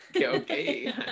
okay